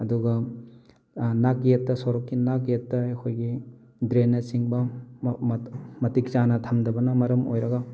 ꯑꯗꯨꯒ ꯅꯥꯛ ꯌꯦꯠꯇ ꯁꯣꯔꯣꯛꯀꯤ ꯅꯥꯛ ꯌꯦꯠꯇ ꯑꯩꯈꯣꯏꯒꯤ ꯗ꯭ꯔꯦꯟꯅꯆꯤꯡꯕ ꯃꯇꯤꯛ ꯆꯥꯅ ꯊꯝꯗꯕ ꯃꯔꯝ ꯑꯣꯏꯔꯒ